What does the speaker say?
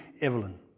Evelyn